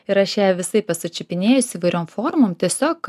ir aš ją visaip esu čiupinėjusi įvairiom formom tiesiog